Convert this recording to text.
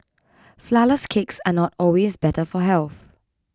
Flourless Cakes are not always better for health